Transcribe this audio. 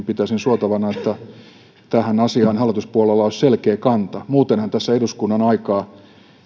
pitäisin suotavana että tähän asiaan hallituspuolueilla olisi selkeä kanta muutenhan tässä eduskunnan aikaa